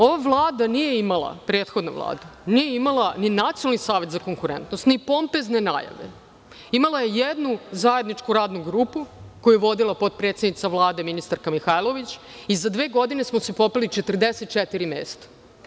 Ova Vlada, prethodna Vlada nije imala ni Nacionalni savet za konkurentnost, ni pompezne najave, imala je jednu zajedničku radnu grupu koju je vodila potpredsednica Vlade ministarka Mihajlović i za dve godine smo se popeli 44 mesta.